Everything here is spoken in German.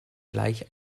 gleich